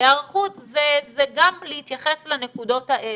היערכות זה גם להתייחס לנקודות האלה.